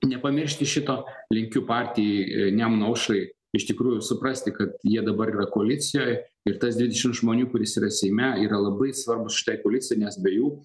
nepamiršti šito linkiu partijai nemuno aušrai iš tikrųjų suprasti kad jie dabar yra koalicijoj ir tas dvidešim žmonių kuris yra seime yra labai svarbūs šitai koalicijai nes be jų